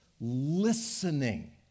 listening